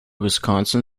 wisconsin